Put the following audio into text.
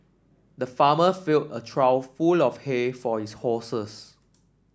the farmer filled a trough full of hay for his horses